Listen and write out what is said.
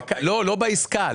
לא בעסקה.